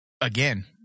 again